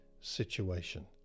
situation